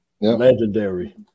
Legendary